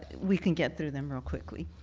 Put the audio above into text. we can get through them real quickly.